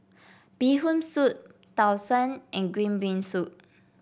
Bee Hoon Soup Tau Suan and Green Bean Soup